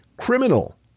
criminal